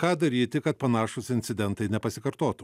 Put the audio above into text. ką daryti kad panašūs incidentai nepasikartotų